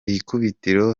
ikubitiro